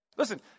Listen